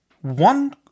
One